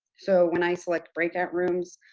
so, when i select break-out rooms,